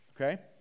Okay